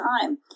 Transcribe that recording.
time